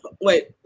wait